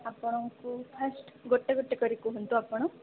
ଆପଣଙ୍କୁ ଫାଷ୍ଟ ଗୋଟେ ଗୋଟେ କରି କୁହନ୍ତୁ ଆପଣ